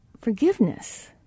forgiveness